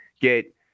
get